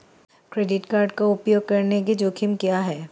Credit card का उपयोग करने के जोखिम क्या हैं?